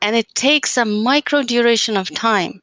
and it takes some micro-duration of time